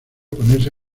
ponerse